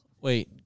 Wait